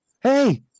Hey